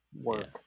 Work